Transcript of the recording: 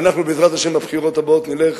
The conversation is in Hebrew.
ואנחנו בעזרת השם בבחירות הבאות נלך,